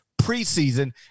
preseason